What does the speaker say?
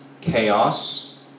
Chaos